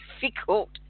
difficult